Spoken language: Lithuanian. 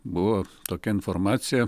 buvo tokia informacija